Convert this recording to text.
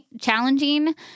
challenging